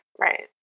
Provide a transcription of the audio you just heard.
Right